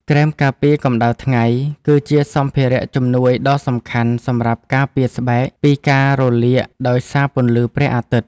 ក្រែមការពារកម្ដៅថ្ងៃ គឺជាសម្ភារៈជំនួយដ៏សំខាន់សម្រាប់ការពារស្បែកពីការរលាកដោយសារពន្លឺព្រះអាទិត្យ។